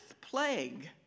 plague